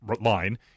line